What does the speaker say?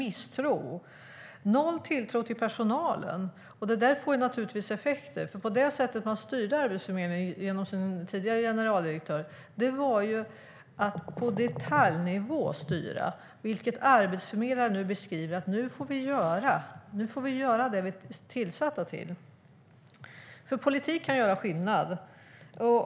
Man har haft noll tilltro till personalen, vilket naturligtvis får effekter. Tidigare styrde man genom den tidigare generaldirektören Arbetsförmedlingen på detaljnivå. Nu, beskriver arbetsförmedlarna, får de göra det som de är tillsatta att göra. Politik kan alltså göra skillnad.